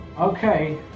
Okay